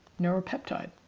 neuropeptide